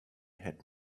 had